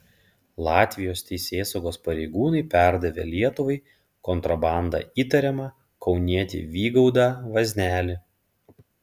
latvijos teisėsaugos pareigūnai perdavė lietuvai kontrabanda įtariamą kaunietį vygaudą vaznelį